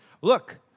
Look